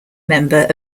member